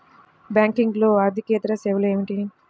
బ్యాంకింగ్లో అర్దికేతర సేవలు ఏమిటీ?